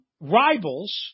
rivals